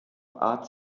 arts